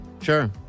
Sure